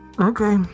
Okay